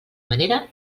manera